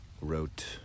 wrote